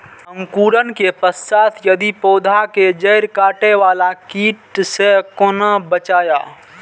अंकुरण के पश्चात यदि पोधा के जैड़ काटे बाला कीट से कोना बचाया?